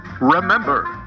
remember